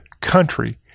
country